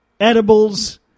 edibles